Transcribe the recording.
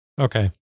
Okay